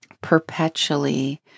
perpetually